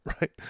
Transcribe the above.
right